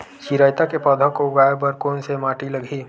चिरैता के पौधा को उगाए बर कोन से माटी लगही?